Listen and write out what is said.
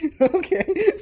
Okay